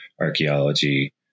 archaeology